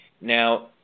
Now